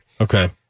Okay